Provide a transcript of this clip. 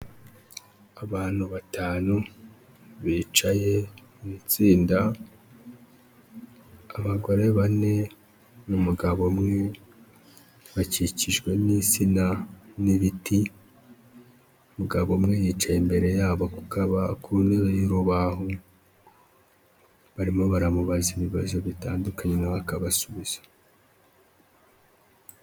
Abantu batanu bicaye mu itsinda, abagore bane n'umugabo umwe, bakikijwe ni insina n'ibiti, umugabo umwe yicaye imbere yabo ku kabaho ku ntebe y'urubaho, barimo baramubaza ibibazo bitandukanye na we akabasubiza.